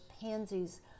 pansies